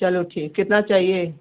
चलो ठीक कितना चाहिए